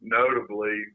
notably